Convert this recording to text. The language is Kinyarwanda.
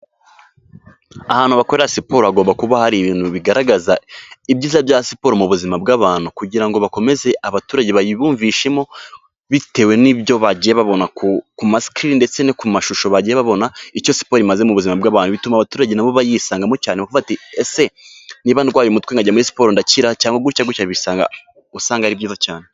Ahantu bakorera siporo hagomba kuba hari ibintu bigaragaza ibyiza bya siporo mu buzima bw'abantu kugira ngo bakomeze abaturage bayibumvishemo bitewe n'ibyo bagiye babona ku mascreen ndetse no ku mashusho bagiye babona icyo siporo imaze mu buzima bw'abantu bituma abaturage nabo bayisangamo cyane bati: Ese niba ndwaye umutwe nkajya muri siporo ndakira cyangwa gutya bisanga usanga ari byiza cyane.